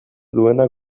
duena